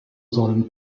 sollten